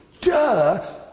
duh